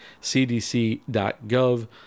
cdc.gov